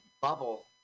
bubble